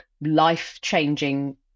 life-changing